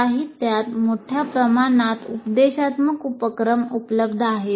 साहित्यात मोठ्या प्रमाणात उपदेशात्मक उपक्रम उपलब्ध आहेत